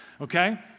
okay